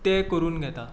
तें करून घेतां